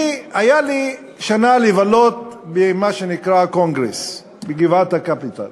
הייתה לי שנה לבלות במה שנקרא הקונגרס בגבעת-הקפיטול.